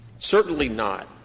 certainly not.